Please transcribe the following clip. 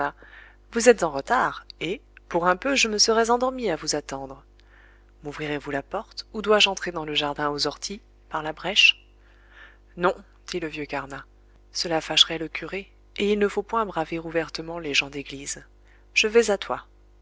vous êtes en retard et pour un peu je me serais endormi à vous attendre mouvrirez vous la porte ou dois-je entrer dans le jardin aux orties par la brèche non dit le vieux carnat cela fâcherait le curé et il ne faut point braver ouvertement les gens d'église je vais à toi